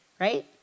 Right